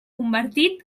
convertit